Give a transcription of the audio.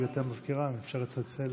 גברתי המזכירה, אם אפשר לצלצל